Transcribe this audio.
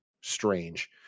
Strange